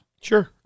Sure